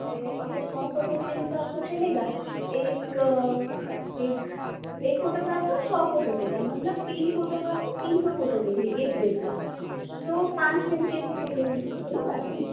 तो अगर सौ फोटोस लेंगे तो आपको चलेगा एक एक फोटोग्राफर सौ फोटोस लेगा मतलब तीन फोटोग्राफर तीन सौ फोटोस लेंगे एक दिन का तो पाँच दिन के लिए वो लोग लेंगे चलेगा कि